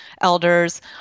elders